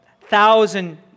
thousand